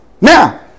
Now